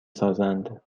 سازند